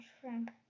shrimp